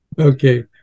Okay